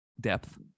depth